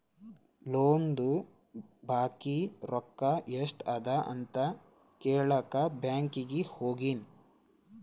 ಲೋನ್ದು ಬಾಕಿ ರೊಕ್ಕಾ ಎಸ್ಟ್ ಅದ ಅಂತ ಕೆಳಾಕ್ ಬ್ಯಾಂಕೀಗಿ ಹೋಗಿನಿ